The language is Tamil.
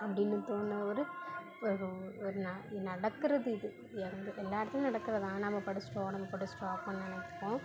அப்படின்னு தோண்ன ஒரு ஒரு ஒரு நான் நடக்கிறது இது எந்து எல்லாத்துக்கும் நடக்கிறது தான் நம்ம படிஷ்ட்டோம் நம்ம படிஷ்ட்டோம் அப்பிடின் நினைக்கிறோம்